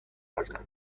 رفتم